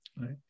Right